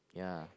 yeah